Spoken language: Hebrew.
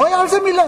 לא היה על זה מלה.